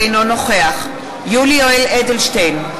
אינו נוכח יולי יואל אדלשטיין,